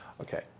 Okay